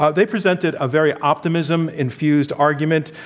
ah they presented a very optimism-infused argument,